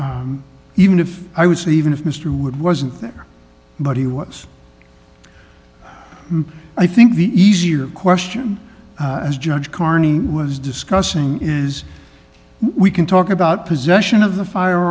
wright even if i would say even if mr wood wasn't there but he was i think the easier question as judge carney was discussing is we can talk about possession of the fire